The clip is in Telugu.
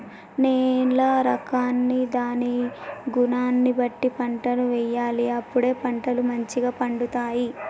నేల రకాన్ని దాని గుణాన్ని బట్టి పంటలు వేయాలి అప్పుడే పంటలు మంచిగ పండుతాయి